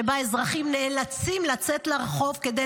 שבה אזרחים נאלצים לצאת לרחובות כדי